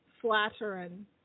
flattering